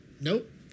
nope